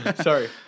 Sorry